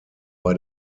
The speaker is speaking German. bei